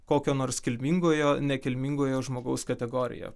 kokio nors kilmingojo nekilmingojo žmogaus kategorija